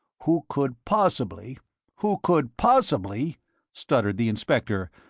who could possibly who could possibly stuttered the inspector,